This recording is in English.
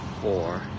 four